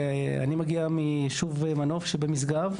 אני מגיע מישוב מנוף שבמשגב,